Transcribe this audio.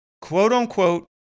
quote-unquote